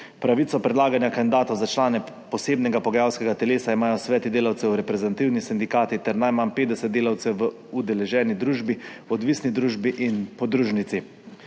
Pravico predlaganja kandidatov za člane posebnega pogajalskega telesa imajo sveti delavcev, reprezentativni sindikati ter najmanj 50 delavcev v udeleženi družbi, odvisni družbi in podružnici.